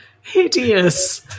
hideous